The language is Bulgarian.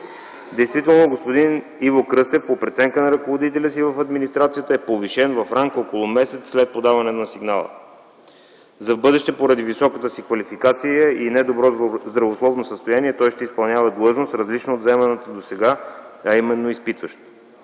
Действително господин Иво Кръстев, по преценка на ръководителя си в администрацията, е повишен в ранг около месец след подаване на сигнала. За в бъдеще, поради високата си квалификация и недобро здравословно състояние той ще изпълнява длъжност, различна от заеманата досега, а именно изпитващ.